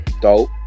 Dope